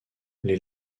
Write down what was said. les